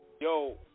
Yo